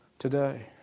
Today